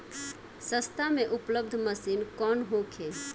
सस्ता में उपलब्ध मशीन कौन होखे?